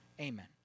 Amen